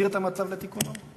להחזיר את המצב לתיקונו?